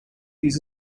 use